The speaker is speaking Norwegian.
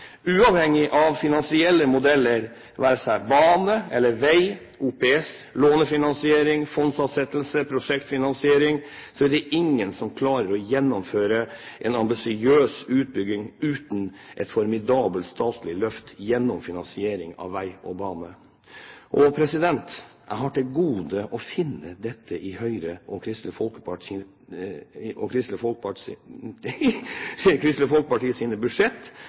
Uavhengig av finansieringsmodeller – det være seg bane eller vei, OPS, lånefinansiering, fondsavsettelser eller prosjektfinansiering – er det ingen som klarer å gjennomføre en ambisiøs utbygging uten et formidabelt statlig løft gjennom finansiering av vei og bane. Jeg har til gode å finne disse investeringer i Høyres og Kristelig Folkepartis budsjetter og